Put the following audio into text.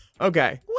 Okay